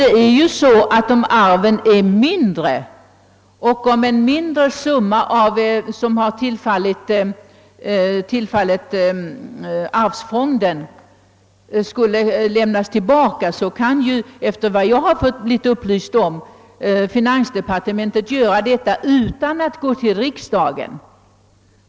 Det förhåller sig ju emellertid så, att om arven är mindre och om en viss summa, som tillfallit arvsfonden, skall lämnas tillba ka kan — efter vad jag har blivit upplyst om — finansdepartementet göra detta utan att hänskjuta frågan till riksdagen.